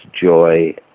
joy